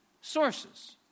sources